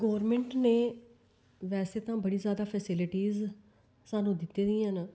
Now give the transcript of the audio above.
government ने बैसे तां ज्यादा फैसीलिटीस स्हानू दिती दियां न